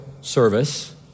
service